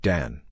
Dan